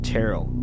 Terrell